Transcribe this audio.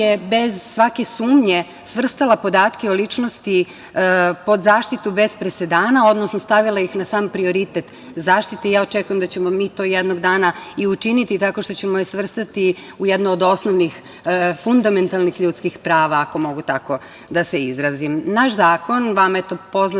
bez svake sumnje, svrstala podatke o ličnosti pod zaštitu bez presedana, odnosno stavila ih je na sam prioritet zaštite i ja očekujem da ćemo mi to jednog dana i učiniti tako što ćemo je svrstati u jednu od osnovnih fundamentalnih ljudskih prava, ako mogu tako da se izrazim. Naš Zakon, vama je to poznato